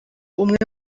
umwe